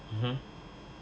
(uh huh)